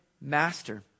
master